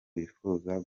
wifuza